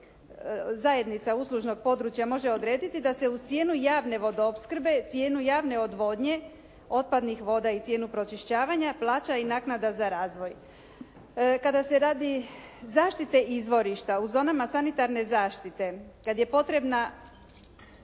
zajednica uslužnog područja može odrediti da se uz cijenu javne vodoopskrbe, cijenu javne odvodnje otpadnih voda i cijenu pročišćavanja plaća i naknada za razvoj. Kada se radi zaštite izvorišta u zonama sanitarne zaštite kada je potrebna